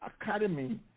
Academy